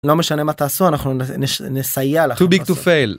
לא משנה מה תעשו אנחנו נסייע לך. too big to fail